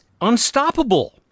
unstoppable